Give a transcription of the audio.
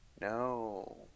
No